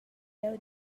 jeu